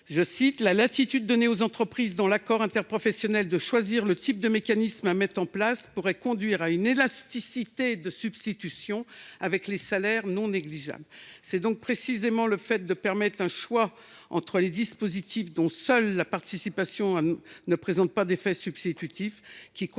du CAE :« La latitude donnée aux entreprises dans l’accord interprofessionnel de choisir le type de mécanisme à mettre en place pourrait conduire à une élasticité de substitution avec les salaires non négligeable. »